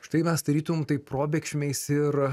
štai mes tarytum taip probėgšmiais ir